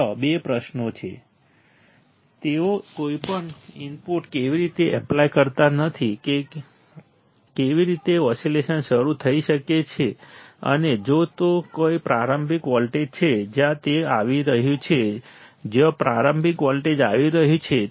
ત્યાં બે પ્રશ્નો છે તેઓ કોઈપણ ઇનપુટ કેવી રીતે એપ્લાય કરતા નથી કે કેવી રીતે ઓસિલેશન શરૂ થઈ શકે છે અને જો ત્યાં કોઈ પ્રારંભિક વોલ્ટેજ છે જ્યાંથી તે આવી રહ્યું છે જ્યાંથી પ્રારંભિક વોલ્ટેજ આવી રહ્યું છે